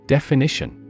Definition